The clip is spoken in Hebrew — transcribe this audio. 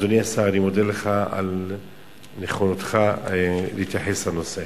אדוני השר, אני מודה לך על נכונותך להתייחס לנושא.